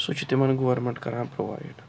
سُہ چھُ تِمن گورمِنٛٹ کَران پرٛووایڈ